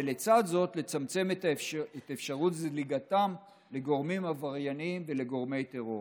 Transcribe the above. ולצד זאת נצמצם את אפשרות זליגתם לגורמים עברייניים ולגורמי טרור.